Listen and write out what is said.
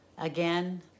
again